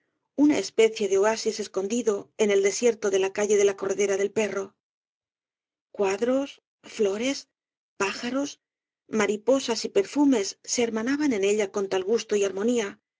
una especie de oasis escondido en el desierto de la calle de la corredera del perro cuadros flores pájaros mariposas y perfumes se hermanaban en ella con tal gusto y armonía